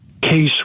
case